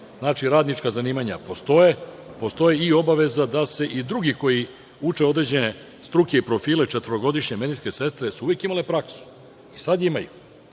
Znači, radnička zanimanja postoje. Postoji i obaveza da se i drugi koji uče određene struke i profile, četvorogodišnje medicinske sestre su uvek imale praksu i sada je imaju,